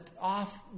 off